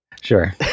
Sure